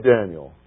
Daniel